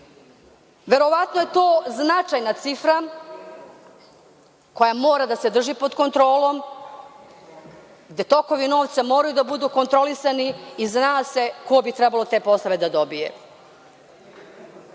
Verovatno je to značajna cifra koja mora da se drži pod kontrolom, gde tokovi novca moraju da budu kontrolisani i zna se ko bi trebao te poslove da dobije. Evo